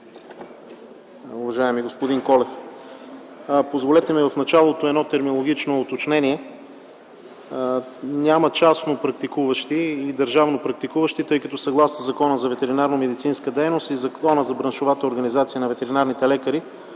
уважаеми господин Колев! Позволете ми в началото едно терминологично уточнение - няма частно практикуващи и държавно практикуващи, тъй като съгласно Закона за ветеринарномедицинска дейност и Закона за браншовата организация на ветеринарните лекари,